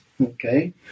Okay